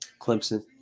Clemson